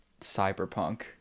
cyberpunk